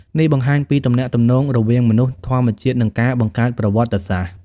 នេះបង្ហាញពីទំនាក់ទំនងរវាងមនុស្ស ធម្មជាតិ និងការបង្កើតប្រវត្តិសាស្ត្រ។